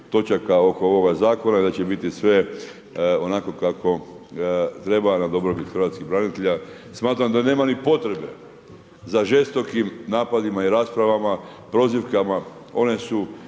točaka oko ovoga zakona i da će biti sve onako kako treba na dobrobit hrvatskih branitelja. Smatram da nema ni potrebe za žestokim napadima i raspravama, prozivkama, one su